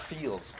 feels